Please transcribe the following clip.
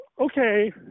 okay